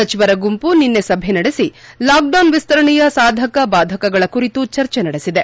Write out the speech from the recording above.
ಸಚಿವರ ಗುಂಪು ನಿನ್ನೆ ಸಭೆ ನಡೆಸಿ ಲಾಕ್ಡೌನ್ ವಿಸ್ತರಣೆಯ ಸಾಧಕ ಬಾಧಕಗಳ ಕುರಿತು ಚರ್ಚೆ ನಡೆಸಿದೆ